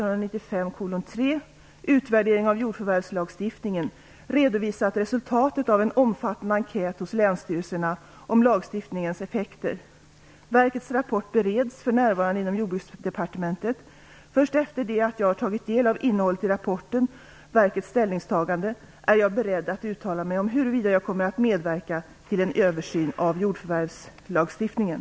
Utvärdering av jordförvärvslagstiftningen redovisat resultatet av en omfattade enkät hos länsstyrelserna om lagstiftningens effekter. Verkets rapport bereds för närvarande inom Jordbruksdepartementet. Först efter det att jag tagit del av innehållet i rapporten och verkets ställningstaganden är jag beredd att uttala mig om huruvida jag kommer att medverka till en översyn av jordförvärvslagstiftningen.